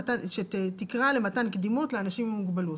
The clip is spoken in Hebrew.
שתקרא למתן קדימות לאנשים עם מוגבלות.